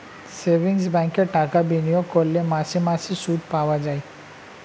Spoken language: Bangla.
সেভিংস ব্যাঙ্কে টাকা বিনিয়োগ করলে মাসে মাসে সুদ পাওয়া যায়